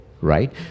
right